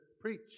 preach